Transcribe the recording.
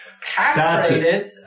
castrated